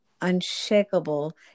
Unshakable